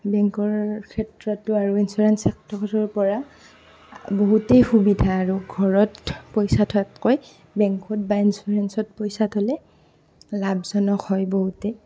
বেংকৰ ক্ষেত্ৰতো আৰু ইঞ্চুৰেন্স চেক্টৰৰ পৰা বহুতেই সুবিধা আৰু ঘৰত পইচা থোৱাতকৈ বেংকত বা ইঞ্চুৰেন্সত পইচা থ'লে লাভজনক হয় বহুতেই